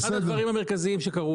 אחד הדברים המרכזיים שקרו